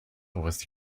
with